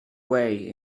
away